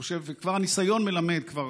הניסיון מלמד כבר